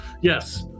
yes